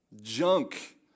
junk